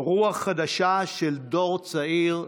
רוח חדשה של דור צעיר וחדש,